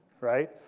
right